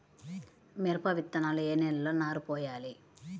మిరప విత్తనాలు ఏ నెలలో నారు పోయాలి?